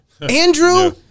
Andrew